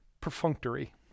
perfunctory